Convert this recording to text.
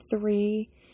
three